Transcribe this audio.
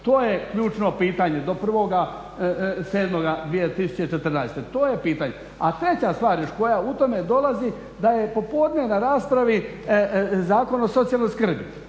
To je ključno pitanje do 1.7.2014., to je pitanje. A treća stvar još koja u tome dolazi, da je popodne na raspravi Zakon o socijalnoj skrbi.